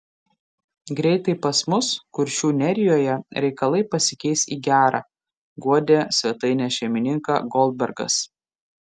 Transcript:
greitai pas mus kuršių nerijoje reikalai pasikeis į gera guodė svetainės šeimininką goldbergas